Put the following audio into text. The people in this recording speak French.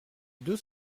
deux